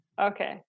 okay